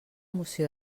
moció